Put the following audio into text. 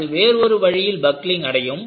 அது வேறு ஒரு வழியில் பக்லிங் அடையும்